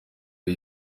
iyi